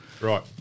Right